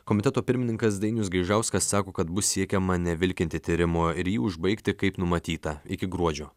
komiteto pirmininkas dainius gaižauskas sako kad bus siekiama nevilkinti tyrimo ir jį užbaigti kaip numatyta iki gruodžio